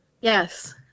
Yes